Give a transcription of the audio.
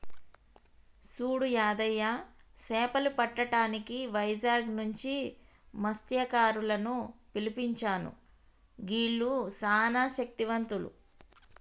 సూడు యాదయ్య సేపలు పట్టటానికి వైజాగ్ నుంచి మస్త్యకారులను పిలిపించాను గీల్లు సానా శక్తివంతులు